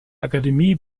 akademie